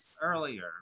earlier